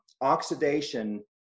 oxidation